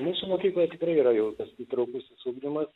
mūsų mokykloj tikrai yra jau tas įtraukusis ugdymas